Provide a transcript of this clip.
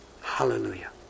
Hallelujah